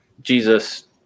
Jesus